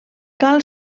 cal